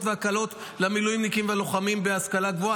והקלות למילואימניקים ולוחמים בהשכלה הגבוהה.